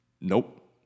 Nope